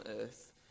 earth